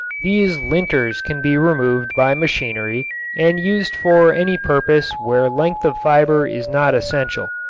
these linters can be removed by machinery and used for any purpose where length of fiber is not essential.